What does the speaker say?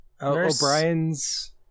O'Brien's